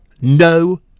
no